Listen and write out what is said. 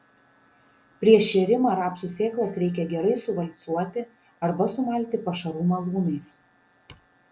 prieš šėrimą rapsų sėklas reikia gerai suvalcuoti arba sumalti pašarų malūnais